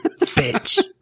bitch